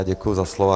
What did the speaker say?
Děkuju za slovo.